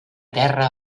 terra